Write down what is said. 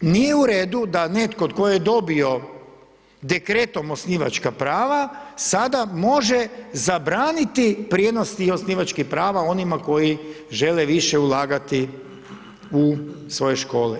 Nije u redu, da netko tko je dobio dekretom osnivačka prava, sada može zabraniti prijenos i osnivačka prava onima koji žele ulagati u svoje škole.